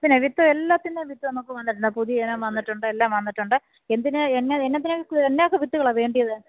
പിന്നെ വിത്ത് എല്ലാത്തിൻ്റെയും വിത്ത് നമുക്ക് വന്നിട്ടുണ്ട് പുതിയ ഇനം വന്നിട്ടുണ്ട് എല്ലാം വന്നിട്ടുണ്ട് എന്തിനാണ് എന്നാ എന്നാത്തിനാണ് എന്നാക്കെ വിത്തുകളാണ് വേണ്ടിയത്